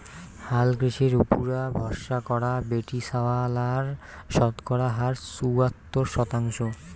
হালকৃষির উপুরা ভরসা করা বেটিছাওয়ালার শতকরা হার চুয়াত্তর শতাংশ